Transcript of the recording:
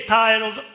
titled